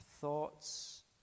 thoughts